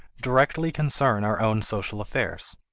directly concern our own social affairs,